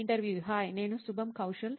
ఇంటర్వ్యూఈ hi నేను శుబాం కౌషల్